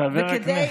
חבר הכנסת,